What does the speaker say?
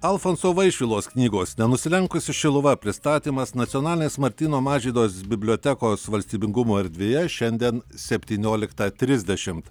alfonso vaišvilos knygos nenusilenkusi šiluva pristatymas nacionalinės martyno mažvydo bibliotekos valstybingumo erdvėje šiandien septynioliktą trisdešimt